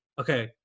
okay